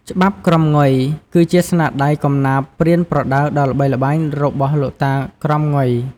ច្បាប់ក្រមង៉ុយ គឺជាស្នាដៃកំណាព្យប្រៀនប្រដៅដ៏ល្បីល្បាញរបស់ លោកតា ក្រមង៉ុយ។